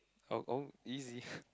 oh oh easy